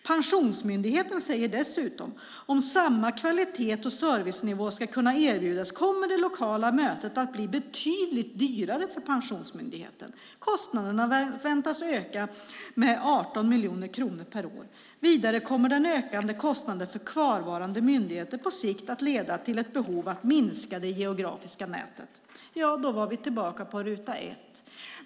Pensionsmyndigheter säger dessutom: Om samma kvalitet och servicenivå ska erbjudas kommer det lokala mötet att bli betydligt dyrare för Pensionsmyndigheten. Kostnaderna förväntas öka med 18 miljoner kronor per år. Vidare kommer den ökande kostnaden för kvarvarande myndigheter på sikt att leda till ett behov av att minska det geografiska nätet. Då är vi tillbaka på ruta ett.